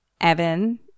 Evan